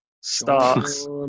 starts